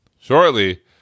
shortly